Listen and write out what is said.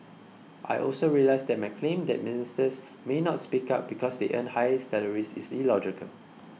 I also realise that my claim that Ministers may not speak up because they earn high salaries is illogical